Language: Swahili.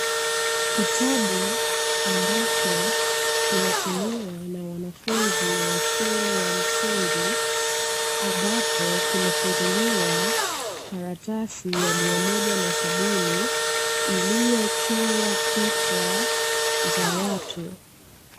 Kitabu ambacho kinatumiwa na wanafunzi wa shule ya msingi, ambapo kimefunguliwa karatasi ya mia moja na sabini, iliochorwa picha za watu.